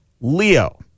Leo